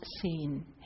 seen